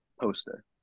poster